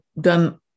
done